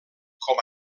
com